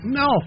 no